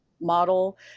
model